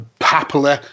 happily